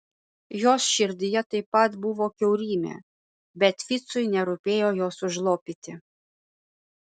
jos širdyje taip pat buvo kiaurymė bet ficui nerūpėjo jos užlopyti